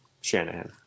Shanahan